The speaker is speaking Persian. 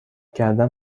کردن